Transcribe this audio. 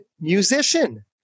musician